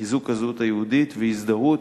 חיזוק הזהות היהודית והזדהות